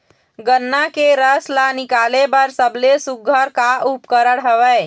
गन्ना के रस ला निकाले बर सबले सुघ्घर का उपकरण हवए?